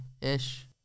ish